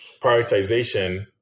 prioritization